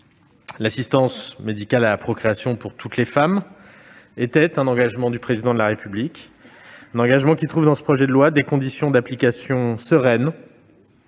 L'assistance médicale à la procréation (AMP) pour toutes les femmes était un engagement du Président de la République, un engagement qui trouve dans ce projet de loi des conditions d'application sereines,